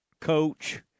coach